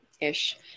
ish